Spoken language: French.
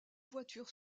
voitures